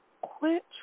Quit